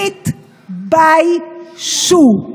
תתביישו.